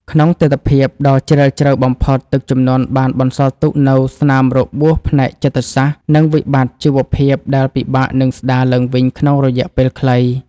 ក្នុងទិដ្ឋភាពដ៏ជ្រាលជ្រៅបំផុត ទឹកជំនន់បានបន្សល់ទុកនូវស្នាមរបួសផ្នែកចិត្តសាស្ត្រ និងវិបត្តិជីវភាពដែលពិបាកនឹងស្ដារឡើងវិញក្នុងរយៈពេលខ្លី។